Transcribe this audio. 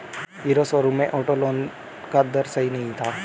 hero showroom में auto loan का दर सही नहीं था